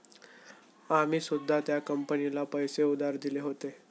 आम्ही सुद्धा त्या कंपनीला पैसे उधार दिले होते